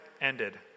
ended